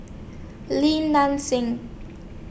Lim Nang Seng